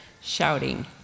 shouting